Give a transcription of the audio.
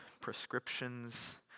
prescriptions